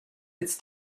its